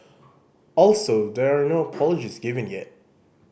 also there are no apologies given yet